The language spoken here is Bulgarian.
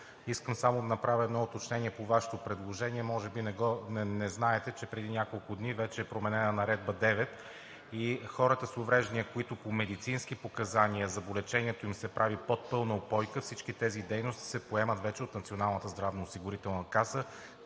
искам да направя едно уточнение по Вашето предложение. Може би не знаете, че преди няколко дни вече е променена Наредба № 9 и хората с увреждания, на които по медицински показания зъболечението им се прави под пълна упойка, всички тези дейности се поемат вече от Националната здравноосигурителна каса.